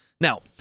Now